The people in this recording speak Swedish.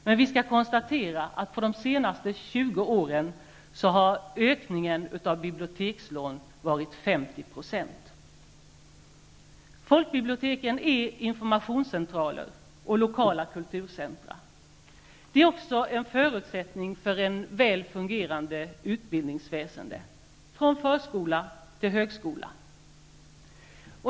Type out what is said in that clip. Men vi skall konstatera att under de senaste 20 åren har ökningen av bibliotekslån varit Folkbiblioteken är informationscentraler och lokala kulturcentra. De är också en förutsättning för ett väl fungerande utbildningsväsende -- från förskola till högskola.